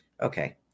Okay